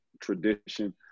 tradition